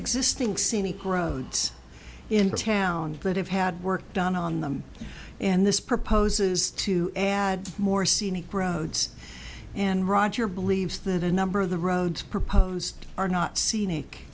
existing scenic roads in town that have had work done on them and this proposes to add more scenic road and roger believes that a number of the roads proposed are not scenic